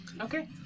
Okay